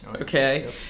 Okay